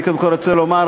אני קודם כול רוצה לומר,